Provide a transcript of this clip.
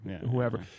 whoever